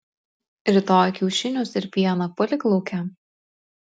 rytoj kiaušinius ir pieną palik lauke